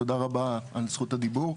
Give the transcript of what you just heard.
תודה רבה על זכות הדיבור.